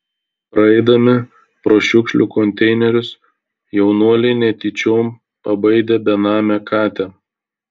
praeidami pro šiukšlių konteinerius jaunuoliai netyčiom pabaidė benamę katę